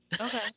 okay